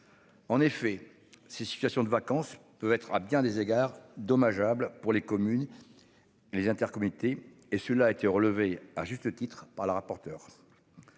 En effet ces situations de vacances peuvent être à bien des égards dommageable pour les communes. Les intercomités et celui-là a été relevé à juste titre par la rapporteure.